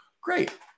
great